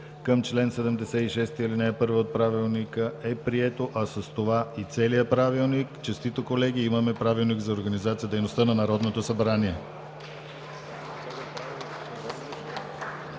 към чл. 76, ал. 1 от Правилника е прието, а с това и целият Правилник. Честито, колеги! Имаме Правилник за организацията и дейността на Народното събрание!